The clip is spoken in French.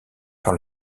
par